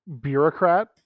bureaucrat